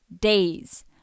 Days